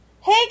Hey